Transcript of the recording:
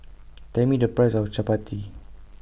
Tell Me The Price of Chapati